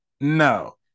No